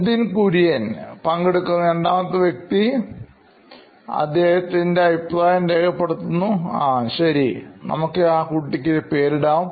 Nitin Kurian COO നോയിൻ electronics ആ ശരി നമുക്ക് ആ കുട്ടിക്ക് ഒരു പേരിടാം